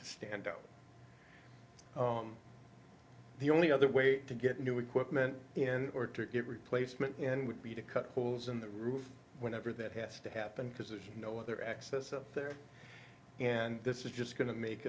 to stand down the only other way to get new equipment in or to get replacement in would be to cut holes in the roof whenever that has to happen because there's no other access up there and this is just going to make